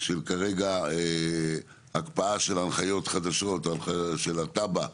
של כרגע הקפאה של הנחיות חדשות, של התב"ע,